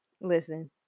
listen